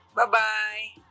Bye-bye